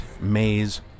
maze